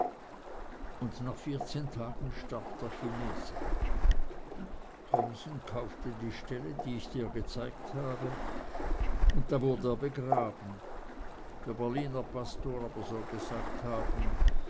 und nach vierzehn tagen starb der chinese thomsen kaufte die stelle die ich dir gezeigt habe und da wurd er begraben der berliner pastor aber soll gesagt haben